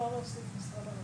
או גורם.